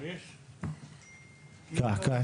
אני